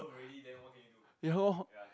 ya lor